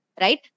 right